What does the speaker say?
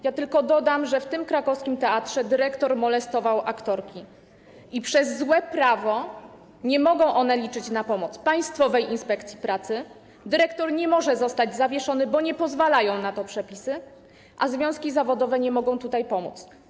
Dodam tylko, że w tym krakowskim teatrze dyrektor molestował aktorki i przez złe prawo nie mogą one liczyć na pomoc Państwowej Inspekcji Pracy, dyrektor nie może zostać zawieszony, bo nie pozwalają na to przepisy, a związki zawodowe nie mogą tutaj pomóc.